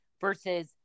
versus